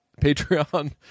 Patreon